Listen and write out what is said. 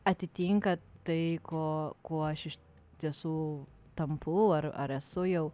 atitinka tai ko kuo aš iš tiesų tampu ar ar esu jau